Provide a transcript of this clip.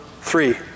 three